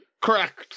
Correct